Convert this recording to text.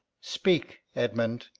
speak, edmund,